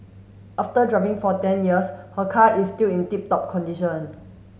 after driving for ten years her car is still in tip top condition